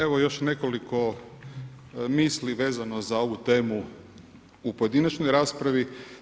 Evo još nekoliko misli vezano za ovu temu u pojedinačnoj raspravi.